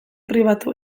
pribatu